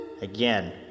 Again